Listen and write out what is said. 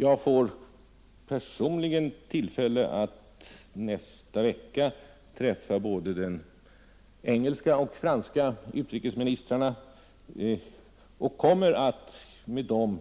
Jag får nästa vecka tillfälle att personligen träffa både den engelske utrikesministern och den franske utrikesministern, och jag kommer då